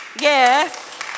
Yes